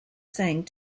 sang